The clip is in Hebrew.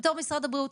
ובתור משרד הבריאות.